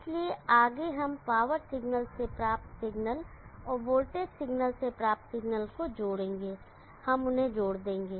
इसलिए आगे हम पावर सिग्नल से प्राप्त सिग्नल और वोल्टेज सिग्नल से प्राप्त सिग्नल को जोड़ेंगे हम उन्हें जोड़ देंगे